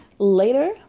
later